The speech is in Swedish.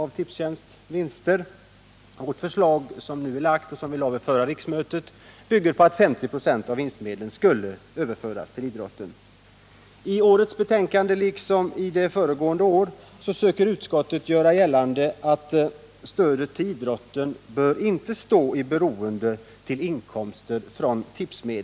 Vårt förslag nu, som vi även lade fram vid förra riksmötet, bygger på att 50 96 av vinstmedlen skall överföras till idrotten. I årets betänkande, liksom i föregående års, försöker utskottet göra gällande att stödet till idrotten inte bör stå i beroende av inkomster från tipsmedel.